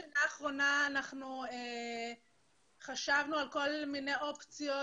בחצי השנה האחרונה אנחנו חשבנו על כל מיני אופציות,